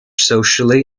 socially